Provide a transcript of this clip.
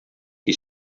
qui